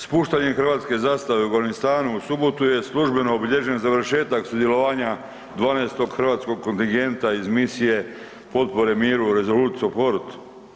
Spuštanjem hrvatske zastave u Afganistanu u subotu je službeno obilježen završetak sudjelovanja 12. hrvatskog kontingenta iz misije potpore miru Resolute Support.